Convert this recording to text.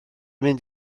mynd